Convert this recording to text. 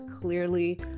clearly